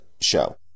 show